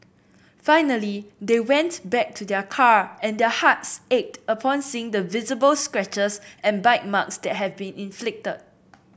finally they went back to their car and their hearts ached upon seeing the visible scratches and bite marks that had been inflicted